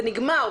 זה נגמר.